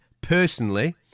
personally